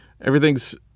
everything's